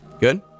Good